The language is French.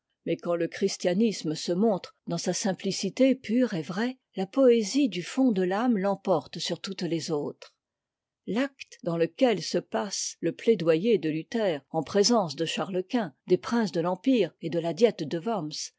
mais quand le christianisme se montre dans sa simplicité pure et vraie la poésie du fond de t'âme l'emporte sur toutes les autres l'acte dans lequel se passe le plaidoyer de luther en présence de charles quint des princes de l'empire et de la diète de worms